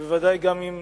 ובוודאי גם עם